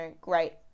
great